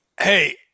Hey